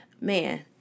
man